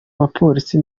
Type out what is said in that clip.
abapolisi